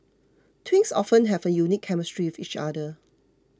twins often have a unique chemistry with each other